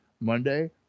Monday